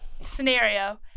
scenario